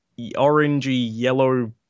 orangey-yellow